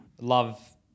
love